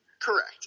Correct